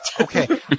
okay